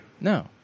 No